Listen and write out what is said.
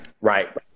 Right